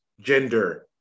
gender